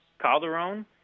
Calderon